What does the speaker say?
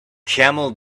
camel